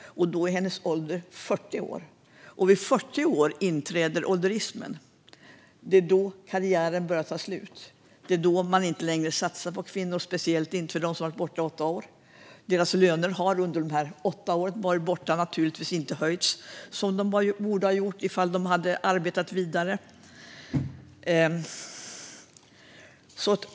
Då blir hennes ålder 40, och vid 40 års ålder inträder ålderismen. Det är då karriären börjar ta slut. Det är då man inte längre satsar på kvinnor, speciellt inte på dem som varit borta i åtta år. Deras löner har under de åtta år som de varit borta naturligtvis inte höjts som de borde, ifall de hade arbetat vidare.